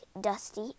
dusty